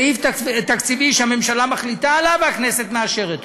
כמו שלא מספיק סעיף תקציבי שהממשלה מחליטה עליו והכנסת מאשרת אותו.